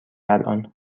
الان